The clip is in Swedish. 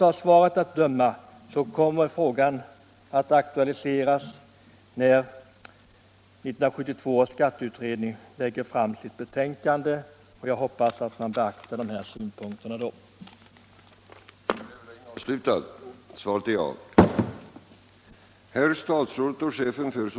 Av svaret att döma kommer denna fråga att aktualiseras när 1972 års skatteutredning lägger fram sitt betänkande. Jag hoppas att skatteutredningen då skall ha beaktat de av mig framförda synpunkterna.